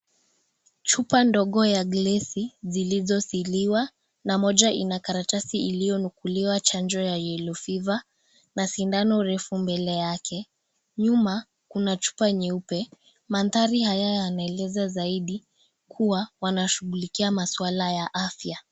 Chupa ndogo ya glesi zilizosiliwa na moja ina karatasi iliyonukuliwa "Chanjo ya Yellow Fever " na sindano refu mbele yake. Nyuma, kuna chupa nyeupe. Maandhari haya yameeleza zaidi kuwa wanashughulikia maswala ya afya.